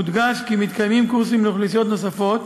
מודגש כי מתקיימים קורסים לאוכלוסיות נוספות,